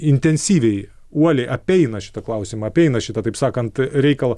intensyviai uoliai apeina šitą klausimą apeina šitą taip sakant reikalą